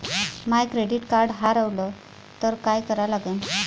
माय credit card हारवलं तर काय करा लागन?